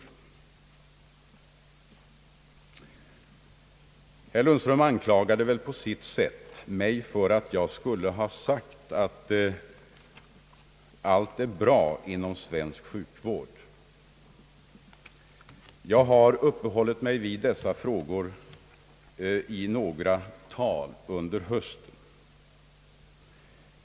Herr Lundström anklagade väl på sitt sätt mig för att jag skulle ha sagt att allt är bra inom svensk sjukvård. Jag har uppehållit mig vid dessa frågor i några tal under hösten.